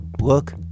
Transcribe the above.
Look